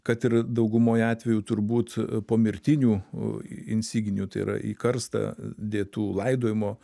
kad ir daugumoj atvejų turbūt pomirtinių insignijų tai yra į karstą dėtų laidojimo